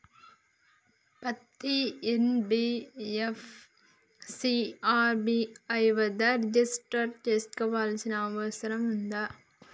పత్తి ఎన్.బి.ఎఫ్.సి ని ఆర్.బి.ఐ వద్ద రిజిష్టర్ చేసుకోవాల్సిన అవసరం ఉందా?